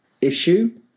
issue